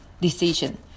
decision